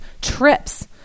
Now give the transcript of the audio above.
trips